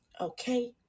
okay